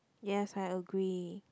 yes I agree